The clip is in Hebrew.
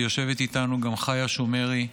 יושבת איתנו גם חיה שומרי,